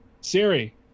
siri